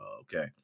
Okay